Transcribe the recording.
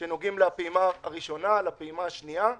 שנוגעים לפעימה הראשונה, לפעימה השנייה.